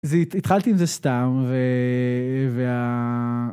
התחלתי עם זה סתם.